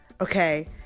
Okay